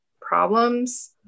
problems